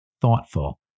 thoughtful